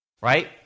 Right